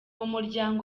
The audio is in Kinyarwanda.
umuryango